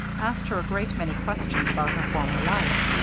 asked her a great many questions about her former life.